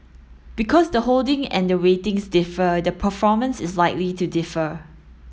because the holding and the weightings differ the performance is likely to differ